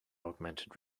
augmented